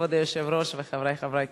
לכבוד היושב-ראש וחברי חברי הכנסת,